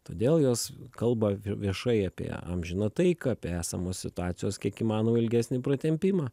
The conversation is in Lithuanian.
todėl jos kalba viešai apie amžiną taiką apie esamos situacijos kiek įmanoma ilgesnį pratempimą